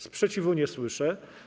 Sprzeciwu nie słyszę.